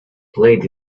played